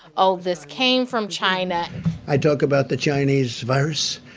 oh, this came from china i talk about the chinese virus,